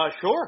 Sure